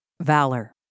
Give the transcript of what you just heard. Valor